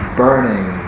burning